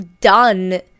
done